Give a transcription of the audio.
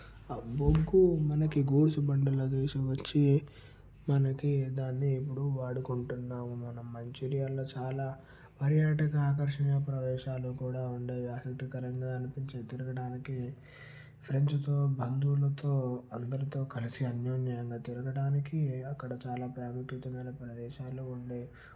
ఆ బొగ్గు మనకి గూడ్స్ బళ్ళలో తీసుకువచ్చి మనకి దాన్ని ఇప్పుడు వాడుకుంటున్నాము మనం మంచిర్యాల చాలా పర్యాటక ఆకర్షణీయ ప్రదేశాలు కూడా ఉండే ఆసక్తికరంగా అనిపించే తిరగడానికి ఫ్రెండ్స్తో బంధువులతో అందరితో కలిసి అన్యోన్యంగా తిరగడానికి అక్కడ చాలా ప్రాముఖ్యతకరమైన ప్రదేశాలు ఉండేవి